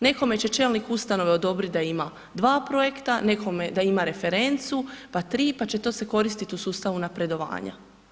Nekome će čelnik ustanove odobrit da ima 2 projekta, nekome da ima referencu, pa 3, pa će to se koristit u sustavu napredovanja.